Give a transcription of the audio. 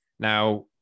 Now